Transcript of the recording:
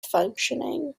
functioning